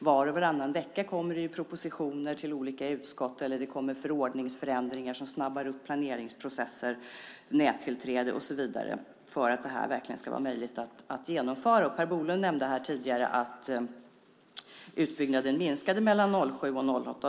Var och varannan vecka kommer propositioner till olika utskott, förändringar i förordningar som snabbar upp planeringsprocesser, nättillträde och så vidare, för att det verkligen ska vara möjligt att genomföra. Per Bolund nämnde tidigare att utbyggnaden minskade mellan 2007 och 2008.